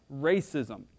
racism